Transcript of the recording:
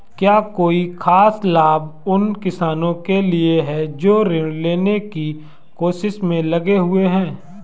क्या कोई खास लाभ उन किसानों के लिए हैं जो ऋृण लेने की कोशिश में लगे हुए हैं?